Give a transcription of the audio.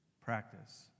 Practice